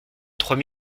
trois